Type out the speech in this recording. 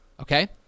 Okay